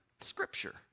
Scripture